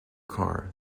car